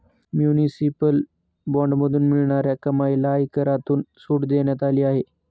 municipal बॉण्ड्समधून मिळणाऱ्या कमाईला आयकरातून सूट देण्यात आली आहे